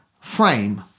frame